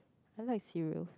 I like cereal